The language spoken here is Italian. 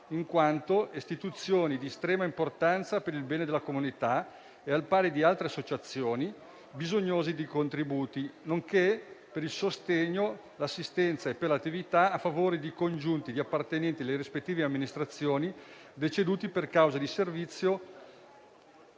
in quanto istituzioni di estrema importanza per il bene della comunità e, al pari di altre associazioni, bisognosi di contributi, nonché per il sostegno, l'assistenza e per l'attività a favore di congiunti di appartenenti alle rispettive amministrazioni deceduti per causa di servizio